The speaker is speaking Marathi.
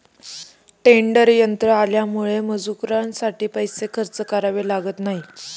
टेडर यंत्र आल्यामुळे मजुरीसाठी पैसे खर्च करावे लागत नाहीत